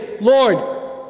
Lord